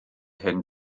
hyn